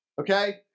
okay